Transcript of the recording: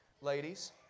ladies